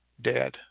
dead